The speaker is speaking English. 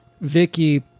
Vicky